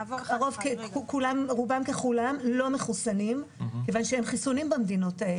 לא מחוסנים כי אין חיסונים במדינות האלה.